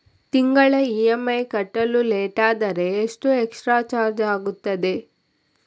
ತಿಂಗಳ ಇ.ಎಂ.ಐ ಕಟ್ಟಲು ಲೇಟಾದರೆ ಎಷ್ಟು ಎಕ್ಸ್ಟ್ರಾ ಚಾರ್ಜ್ ಆಗುತ್ತದೆ?